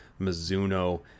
Mizuno